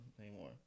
anymore